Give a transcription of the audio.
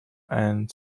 and